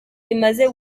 imaze